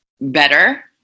better